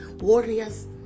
Warriors